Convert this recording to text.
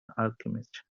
alchemist